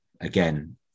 again